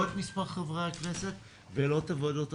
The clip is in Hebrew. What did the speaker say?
את מספר חברי הכנסת ולא את הוועדות עצמן,